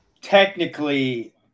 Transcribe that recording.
Technically